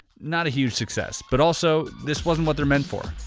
not a huge success, but also this wasn't what they're meant for.